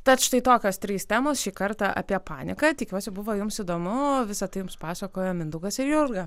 tad štai tokios trys temos šį kartą apie paniką tikiuosi buvo jums įdomu visa tai jums pasakojo mindaugas ir jurga